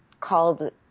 called